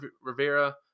Rivera